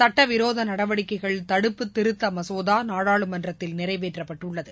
சட்டவிரோத நடவடிக்கைகள் தடுப்புப் திருத்தத் நாடாளுமன்றத்தில் நிறைவேற்றப்பட்டுள்ளது